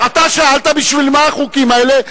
אתה שאלת בשביל מה החוקים האלה.